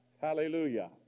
Hallelujah